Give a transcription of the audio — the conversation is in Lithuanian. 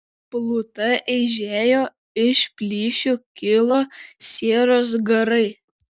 pluta eižėjo iš plyšių kilo sieros garai